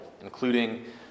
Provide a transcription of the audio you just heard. including